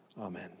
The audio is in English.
Amen